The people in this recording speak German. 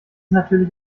natürlich